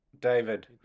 David